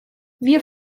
wir